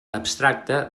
abstracte